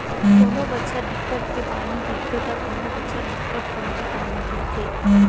कोनो बछर बिकट के पानी गिरथे त कोनो बछर बिकट कमती पानी गिरथे